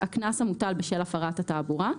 הקנס המוטל בשל הפרת התעבורה,